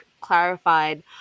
clarified